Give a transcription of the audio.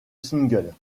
single